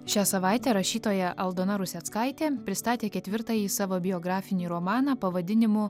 šią savaitę rašytoja aldona ruseckaitė pristatė ketvirtąjį savo biografinį romaną pavadinimu